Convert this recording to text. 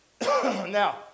Now